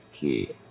key